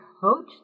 coach